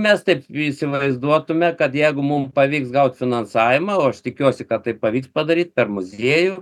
mes taip įsivaizduotume kad jeigu mum pavyks gaut finansavimą o aš tikiuosi kad tai pavyks padaryti per muziejų